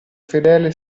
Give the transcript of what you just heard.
fedele